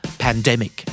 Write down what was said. pandemic